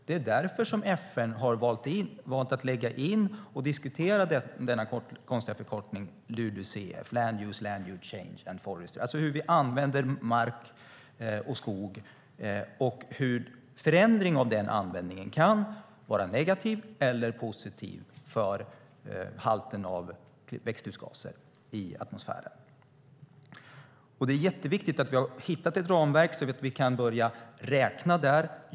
Det är därför som FN har valt att lägga in och diskutera denna konstiga förkortning, LULUCF, Land use, land-use change and forestry, alltså hur vi använder mark och skog och hur förändring av den användningen kan vara negativ eller positiv när det gäller halten av växthusgaser i atmosfären. Det är jätteviktigt att vi har hittat ett ramverk, så att vi kan börja räkna där.